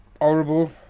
horrible